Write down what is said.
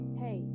hey